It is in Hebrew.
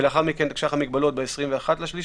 תוקפה ולאחר מכן תקש"ח המגבלות ב-21 במרץ.